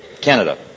Canada